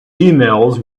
emails